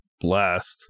blast